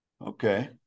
Okay